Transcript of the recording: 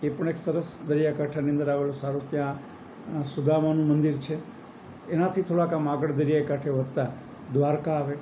એ પણ એક સરસ દરિયાકાંઠાની અંદર આવેલું સારું ત્યાં સુદામાનું મંદિર છે એનાથી થોડાક આમ આગળ દરિયાઈ કાંઠે વધતા દ્વારકા આવે